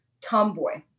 tomboy